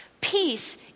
Peace